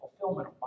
fulfillment